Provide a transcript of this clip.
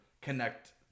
connect